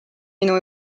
minu